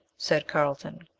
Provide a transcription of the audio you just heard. said carlton.